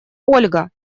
ольга